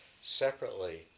separately